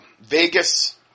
Vegas